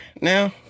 now